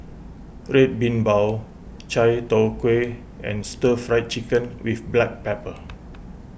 Red Bean Bao Chai Tow Kway and Stir Fried Chicken with Black Pepper